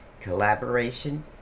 Collaboration